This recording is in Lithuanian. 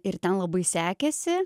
ir ten labai sekėsi